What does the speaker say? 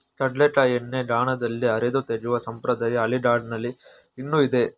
ಕಡಲೆಕಾಯಿ ಎಣ್ಣೆಯನ್ನು ಗಾಣದಲ್ಲಿ ಅರೆದು ತೆಗೆಯುವ ಸಂಪ್ರದಾಯ ಹಳ್ಳಿಗಾಡಿನಲ್ಲಿ ಇನ್ನೂ ಇದೆ